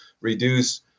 reduce